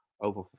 over